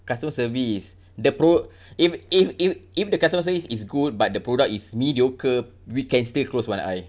customer service the pro~ if if if if the customer service is good but the product is mediocre we can stay close one eye